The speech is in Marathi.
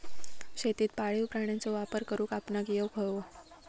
शेतीत पाळीव प्राण्यांचो वापर करुक आपणाक येउक हवो